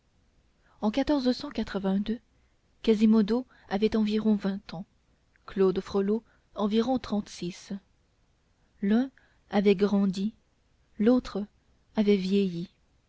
en quasimodo avait environ vingt ans claude frollo environ trente-six l'un avait grandi l'autre avait vieilli